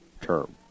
term